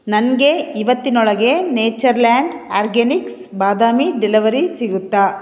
ನನಗೆ ಇವತ್ತಿನೊಳಗೆ Natureland Organics ಬಾದಾಮಿ ಡೆಲಿವರಿ ಸಿಗುತ್ತಾ